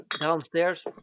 downstairs